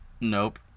Nope